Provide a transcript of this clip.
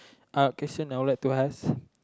uh question I'll like to ask